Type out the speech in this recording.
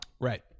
Right